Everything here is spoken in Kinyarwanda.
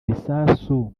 bisasu